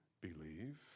believe